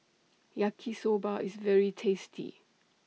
Yaki Soba IS very tasty